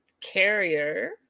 carrier